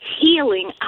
healing